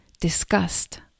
disgust